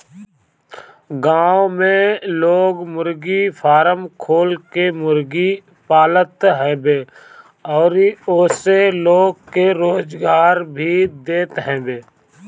गांव में लोग मुर्गी फारम खोल के मुर्गी पालत हवे अउरी ओसे लोग के रोजगार भी देत हवे